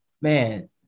Man